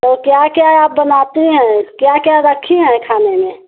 तो क्या क्या आप बनाती हैं क्या क्या रखी हैं खाने में